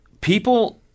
people